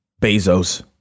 Bezos